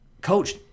coach